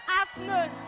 afternoon